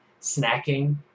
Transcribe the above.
snacking